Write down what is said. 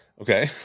Okay